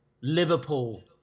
Liverpool